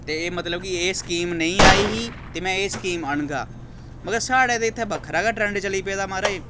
ते एह् मतलब कि एह् स्कीम नेईं आई ही ते में एह् स्कीम आह्नगा मगर साढ़े ते इत्थै बक्खरा गै ट्रैंड चली पेदा महाराज